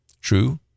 True